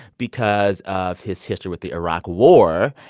because of his history with the iraq war.